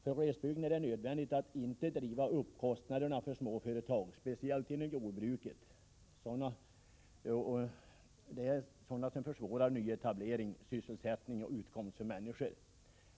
För glesbygden är det nödvändigt att inte driva upp kostnaderna för småföretag, speciellt inom jordbruket, kostnader som försvårar nyetablering, sysselsättning och utkomst för människor.